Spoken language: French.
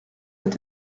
est